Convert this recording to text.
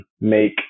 make